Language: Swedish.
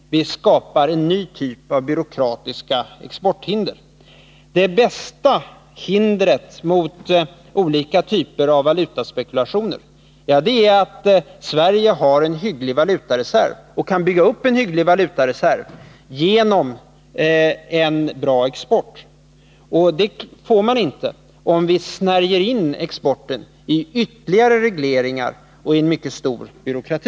Vi skapar en ny typ av byråkratiskt exporthinder. Det bästa hindret för alla typer av valutaspekulationer är att Sverige kan bygga upp en hygglig valutareserv genom en bra export. Det kan vi inte om vi snärjer in exporten i ytterligare regleringar och en mycket stor byråkrati.